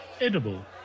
edible